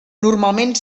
normalment